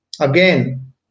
again